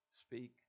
Speak